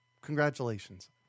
congratulations